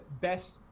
best